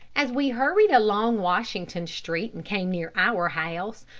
as we hurried along washington street, and came near our house,